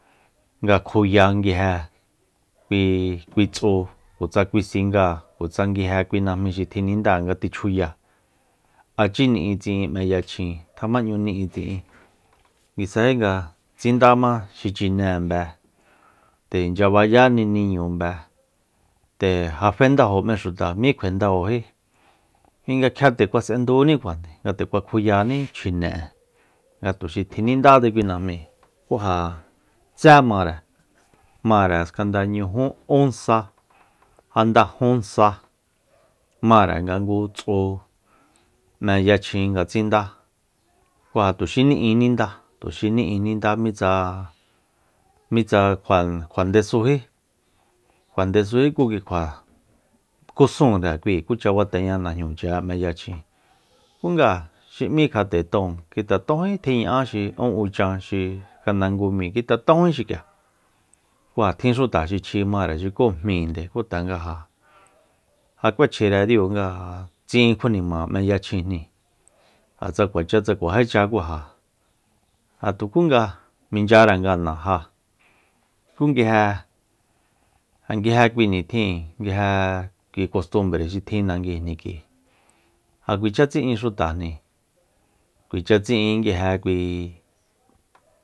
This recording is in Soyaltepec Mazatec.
Nga kjuya nguije kui tsu kutsa kui singáa kutsa nguije kui najmíi xi tjinida nga tichjuya a chí ni'in tsi'in m'e yachjin tjamañu ni'in tsi'in ngisaji tsanga tsindama xi chinéembe nde inchya bayáni niñumbe nde ja fendajo m'e xuta mí kjuendajojí kui nga kjia nde kjua s'endúní fa kjuyaní chjine'e ja tuxi tjinindátse kui najmíi ku ja tsé mare mare skanda ñujú ún sa janda jun sa mare nga ngu tsu m'e yachjin nga tsindá ku ja tuxí ni'i ninda- tuxi ni'i nonda mitsa- mitsa kjua. kjuandesújí kjuandesújí ku ki kjua kúsunre kui kucha bateña najñuchi'e m'e yachjin ku nga xi m'í kja'te tóon nguite tonjí tjiña'á xi ún uchan xi nganda ngu míi nguite tónjí xik'ia ku ja tjin xuta xi chji mare xuku jmíinde ku tanga ja- ja k'uechjire diu nga tsi'in kjuanima m'e yachjin ja tsa kuacha tsa kuajícha ja- ja tukunga minchyare ngana ja ku nguije ja nguije kui nitjin nguije kui costumbre xi tjin nanguijni k'ui ja kuacha tsi'in xutajni kuacha tsi'in nguije kui